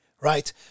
right